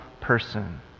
person